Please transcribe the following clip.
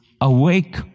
awake